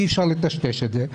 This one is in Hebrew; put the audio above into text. ואי אפשר לטשטש את זה,